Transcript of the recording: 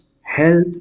health